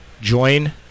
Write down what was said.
join